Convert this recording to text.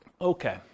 Okay